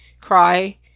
cry